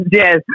yes